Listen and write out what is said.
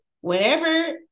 Whenever